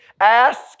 ask